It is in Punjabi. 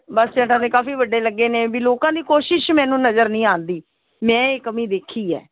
ਬਸ ਸਟੈਂਡਾਂ 'ਤੇ ਕਾਫੀ ਵੱਡੇ ਲੱਗੇ ਨੇ ਵੀ ਲੋਕਾਂ ਦੀ ਕੋਸ਼ਿਸ਼ ਮੈਨੂੰ ਨਜ਼ਰ ਨਹੀਂ ਆਉਂਦੀ ਮੈਂ ਇਹ ਕਮੀ ਦੇਖੀ ਹੈ